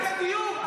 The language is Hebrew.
רק הדיור,